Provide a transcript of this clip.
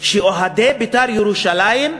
של אוהדי "בית"ר ירושלים"